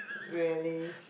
really